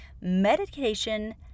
medication